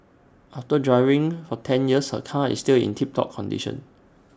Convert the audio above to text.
after driving for ten years her car is still in tip top condition